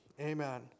amen